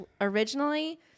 originally